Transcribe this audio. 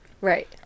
Right